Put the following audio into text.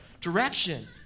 direction